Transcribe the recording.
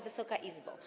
Wysoka Izbo!